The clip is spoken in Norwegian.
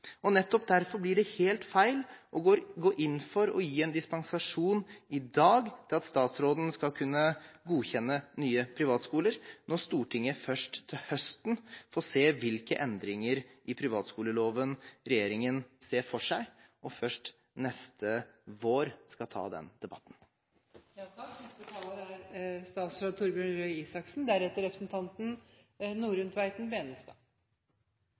Nettopp derfor blir det helt feil å gå inn for å gi adgang til dispensasjon i dag, slik at statsråden skal kunne godkjenne nye privatskoler, når Stortinget først til høsten får se hvilke endringer i privatskoleloven regjeringen ser for seg, og først neste vår skal ta den debatten. Jeg sier tusen takk for debatten og vil bare presisere to ting. Når det gjelder humanistskoler, formulerte representanten